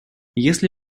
если